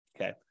Okay